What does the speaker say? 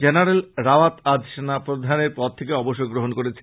general Rawat আজ সেনা প্রধানের পদ থেকে অবসর গ্রঃন করেছেন